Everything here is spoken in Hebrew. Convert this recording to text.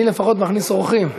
אני לפחות מכניס אורחים.